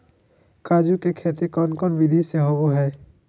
काजू के खेती कौन कौन विधि से होबो हय?